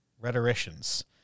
Rhetoricians